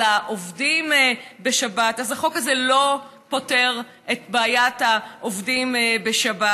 העובדים בשבת אז החוק הזה לא פותר את בעיית העובדים בשבת.